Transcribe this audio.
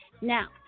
Now